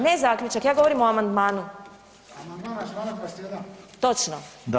Ne zaključak, ja govorim o amandmanu [[Upadica iz klupe: Amandman strana 21]] Točno.